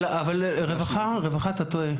אבל אתה טועה.